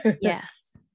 yes